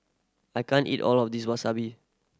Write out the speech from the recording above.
I can't eat all of this Wasabi